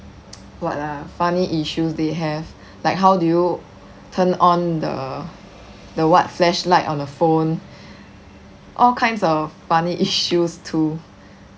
what ah funny issues they have like how do you turn on the the what flashlight on the phone all kinds of funny issues too